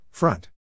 Front